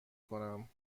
کنم